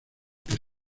que